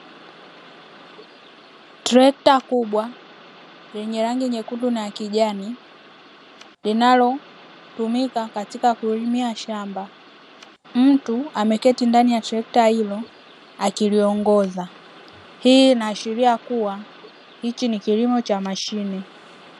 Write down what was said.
Trekta kubwa lenye rangi nyekundu na kijani, linalotumika katika kulimia shamba. Mtu ameketi ndani ya trekta hilo, akiliongoza. Hii inaashiria kuwa, hiki ni kilimo cha mashine.